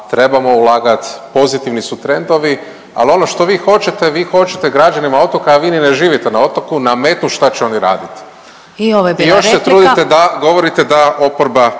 Trebamo ulagati, pozitivni su trendovi. Ali ono što vi hoćete, vi hoćete građanima otoka, a vi ni ne živite na otoku nametnuti šta će oni raditi. …/Upadica Glasovac: I ovo